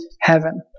heaven